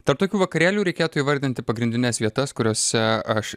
tarp tokių vakarėlių reikėtų įvardinti pagrindines vietas kuriose aš